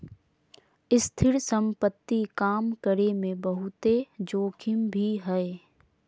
स्थिर संपत्ति काम करे मे बहुते जोखिम भी हय